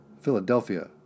Philadelphia